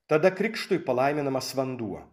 tada krikštui palaiminamas vanduo